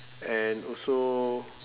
and also